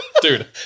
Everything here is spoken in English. Dude